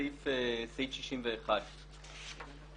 סעיף 36 מדבר על ביטול ההרשאה עצמה.